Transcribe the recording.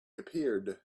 appeared